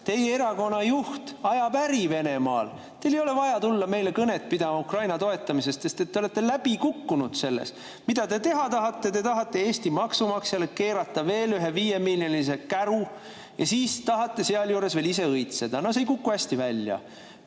Teie erakonna juht ajab äri Venemaal. Teil ei ole vaja tulla meile kõnet pidama Ukraina toetamisest, sest te olete läbi kukkunud selles. Mida te teha tahate? Te tahate Eesti maksumaksjale keerata veel ühe viiemiljonilise käru ja siis tahate sealjuures veel ise õitseda. See ei kuku hästi välja.